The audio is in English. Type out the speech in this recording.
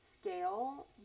scale